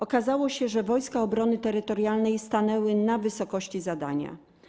Okazało się wtedy, że Wojska Obrony Terytorialnej stanęły na wysokości zadania.